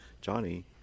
Johnny